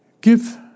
Give